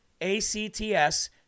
A-C-T-S